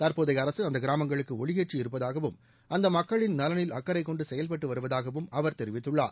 தற்போதைய அரசு அந்த கிராமங்களுக்கு ஒளியேற்றி இருப்பதாகவும் அந்த மக்களின் நலனில் அக்கறைக்கொண்டு செயல்பட்டு வருவதாகவும் அவர் தெரிவித்துள்ளார்